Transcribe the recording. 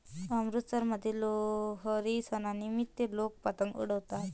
अमृतसरमध्ये लोहरी सणानिमित्त लोक पतंग उडवतात